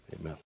Amen